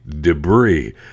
debris